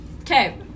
Okay